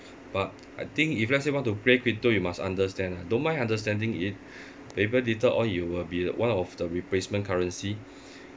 but I think if let's say want to play crypto you must understand ah don't mind understanding it maybe later on it will be one of the replacement currency